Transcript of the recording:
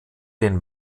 den